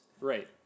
right